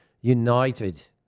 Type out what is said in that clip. United